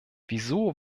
wieso